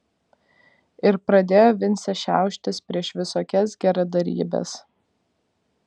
ir pradėjo vincė šiauštis prieš visokias geradarybes